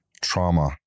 trauma